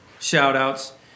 shout-outs